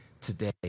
today